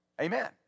Amen